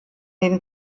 den